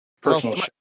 personal